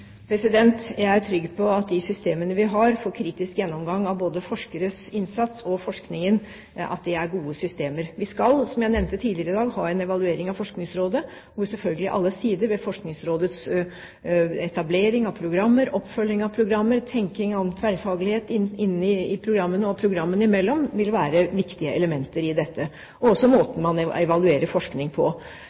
Jeg er trygg på at de systemene vi har for kritisk gjennomgang av både forskeres innsats og forskningen, er gode. Vi skal, som jeg nevnte tidligere i dag, ha en evaluering av Forskningsrådet, hvor selvfølgelig alle sider av Forskningsrådets etablering av programmer, oppfølging av programmer, tenkning, tverrfaglighet i programmene og programmene imellom, vil være viktige elementer i dette – også måten man evaluerer forskning på.